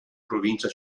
provincia